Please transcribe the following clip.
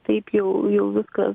taip jau jau viskas